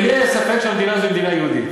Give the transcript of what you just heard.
למי היה ספק שהמדינה הזאת היא מדינה יהודית?